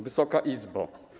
Wysoka Izbo!